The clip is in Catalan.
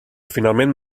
finalment